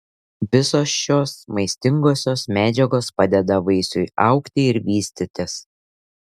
visos šios maistingosios medžiagos padeda vaisiui augti ir vystytis